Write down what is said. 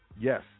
yes